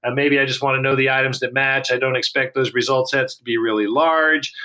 ah maybe i just want to know the items that match. i don't expect those result sets to be really large.